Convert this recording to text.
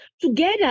together